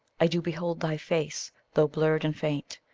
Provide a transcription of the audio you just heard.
i do behold thy face, though blurred and faint.